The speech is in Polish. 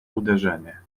uderzenie